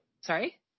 Sorry